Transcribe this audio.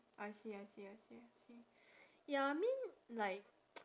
I see I see I see I see ya I mean like